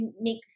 make